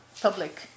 public